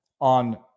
on